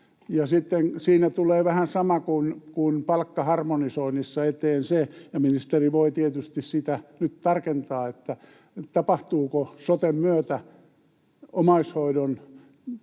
siinä tulee eteen vähän sama kuin palkkaharmonisoinnissa — ja ministeri voi tietysti sitä nyt tarkentaa, tapahtuuko soten myötä omaishoidon